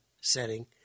setting